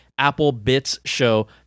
applebitsshow